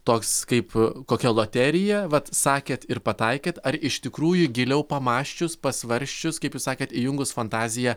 toks kaip kokia loterija vat sakėt ir pataikėt ar iš tikrųjų giliau pamąsčius pasvarsčius kaip jūs sakėt įjungus fantaziją